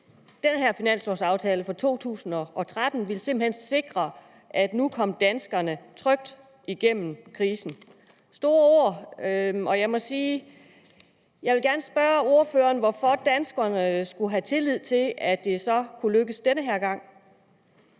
den her finanslovaftale for 2013 simpelt hen ville sikre, at nu kom danskerne trygt igennem krisen. Det er store ord, og jeg må sige, at jeg gerne vil spørge ordføreren, hvorfor danskerne skulle have tillid til, at det så kunne lykkes den her gang.